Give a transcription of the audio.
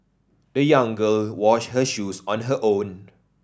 the young girl washed her shoes on her own